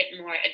more